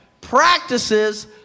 practices